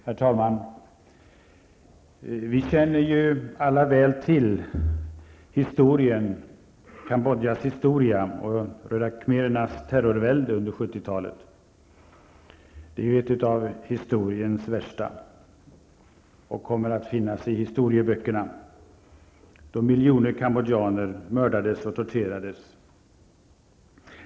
Herr talman! Vi känner ju alla väl till Kambodjas historia och de röda khmerernas terrorvälde under 70-talet -- det är ju ett av historiens värsta och kommer att återfinnas i historieböckerna -- då miljoner kambodjaner mördades och torterades.